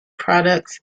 products